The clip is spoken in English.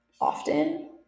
often